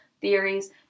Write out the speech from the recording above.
theories